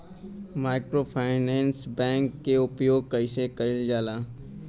Microfinance bank के उपयोग कइसे कइल जाला?